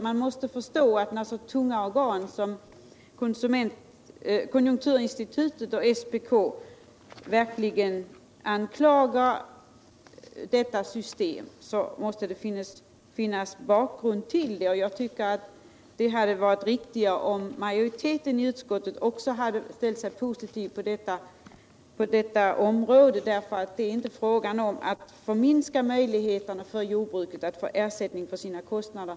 Man måste förstå att när så tunga organ som konjunkturinstitutet och SPK verkligen anklagar detta system, måste det finnas en bakgrund. Jag tycker att det hade varit riktigare om också majoriteten i utskottet ställt sig positiv på detta område. Det är inte fråga om att förminska möjligheterna för jordbruket att få ersättning för sina kostnader.